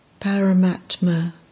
Paramatma